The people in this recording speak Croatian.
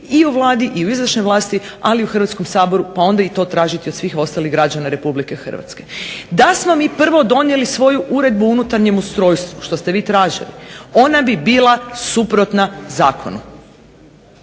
i u Vladi i u izvršnoj vlasti, ali u hrvatskom saboru onda to tražiti od svih ostalih građana Republike Hrvatske. Da smo mi prvo donijeli svoju uredbu u unutarnjem ustrojstvu što ste vi tražili ona bi bila suprotna zakonu.